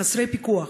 חסרי פיקוח,